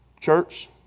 Church